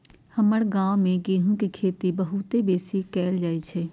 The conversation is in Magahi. हमर गांव में गेहूम के खेती बहुते बेशी कएल जाइ छइ